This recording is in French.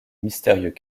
mystérieux